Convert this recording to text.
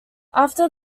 after